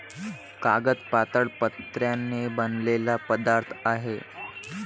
कागद पातळ पत्र्यांनी बनलेला पदार्थ आहे